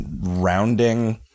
rounding